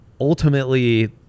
ultimately